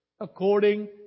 according